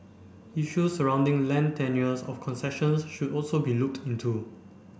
issues surrounding land tenures of concessions should also be looked into